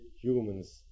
humans